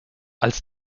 als